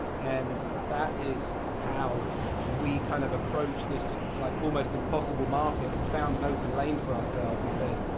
and that is how we kind of approach this, like almost impossible market and found an open lane for ourselves and said,